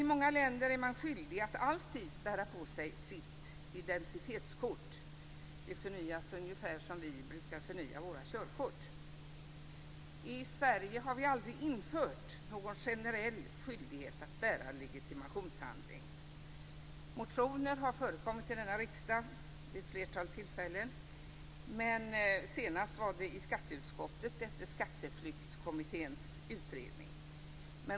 I många länder är man skyldig att alltid bära på sig sitt identitetskort. Det förnyas ungefär som vi brukar förnya våra körkort. I Sverige har vi aldrig infört någon generell skyldighet att bära legitimationshandling. Motioner har förekommit till denna riksdag vid ett flertal tillfällen, senast i skatteutskottet efter Skatteflyktskommitténs utredning.